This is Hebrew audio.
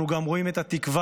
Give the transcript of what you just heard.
אנחנו גם רואים את התקווה.